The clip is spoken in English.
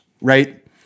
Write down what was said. right